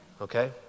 okay